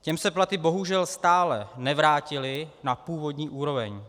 Těm se platy bohužel stále nevrátily na původní úroveň.